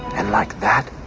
and like that,